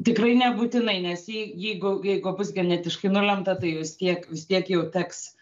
tikrai nebūtinai nes jei jeigu jeigu bus genetiškai nulemta tai vis tiek vis tiek jau teks